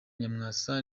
nyamwasa